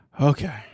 Okay